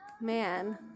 Man